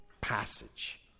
passage